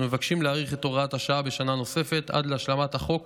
אנחנו מבקשים להאריך את הוראת השעה בשנה נוספת עד להשלמת החוק